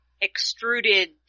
extruded